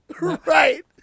Right